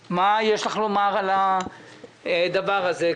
מה יש לך לומר על הדבר הזה?